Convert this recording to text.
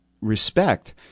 respect